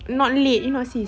not late if not sis